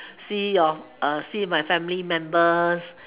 see your uh see my family members